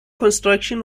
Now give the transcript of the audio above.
construction